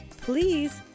please